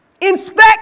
inspect